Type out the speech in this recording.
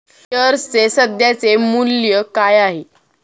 शेअर्सचे सध्याचे मूल्य काय आहे?